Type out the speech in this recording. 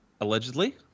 Allegedly